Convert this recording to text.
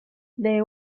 the